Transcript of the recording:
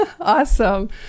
Awesome